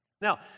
Now